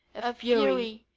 a fury,